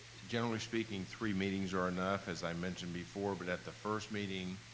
generally speaking, three meetings are enough, as i mentioned before, but at the first meeting,